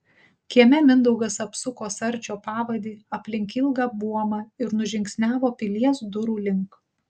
kieme mindaugas apsuko sarčio pavadį aplink ilgą buomą ir nužingsniavo pilies durų link